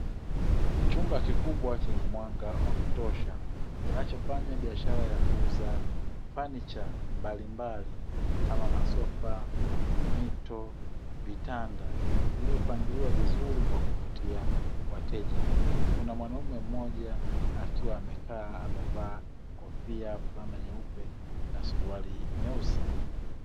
Chumba kikubwa chenye mwanga wa kutosha kinachofanya biashara ya kuuza fanicha mbalimbali kama: masofa, mito, vitanda; vilivyopangiliwa vizuri kwa kuvutia wateja. Kuna mwanaume mmoja akiwa amekaa amevalia kofia, fulana nyeupe na suruali nyeusi.